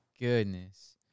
goodness